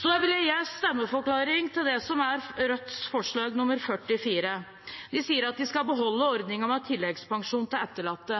Så vil jeg gi en stemmeforklaring til forslag nr. 44, fra Rødt, som går ut på å beholde ordningen med tilleggspensjon til etterlatte.